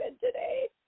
today